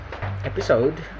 episode